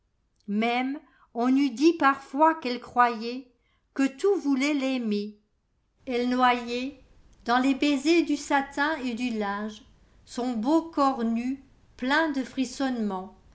même on eût dit parfois qu'elle croyaitque tout voulait l'aimer elle noyaitdans les baisers du satin et du linge son beau corps nu plein de